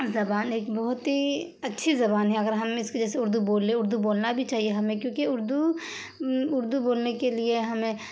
زبان ایک بہت ہی اچھی زبان ہے اگر ہم اس کے جیسے اردو بولے اردو بولنا بھی چاہیے ہمیں کیونکہ اردو اردو بولنے کے لیے ہمیں